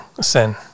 sin